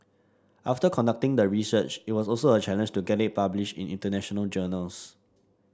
after conducting the research it was also a challenge to get it published in international journals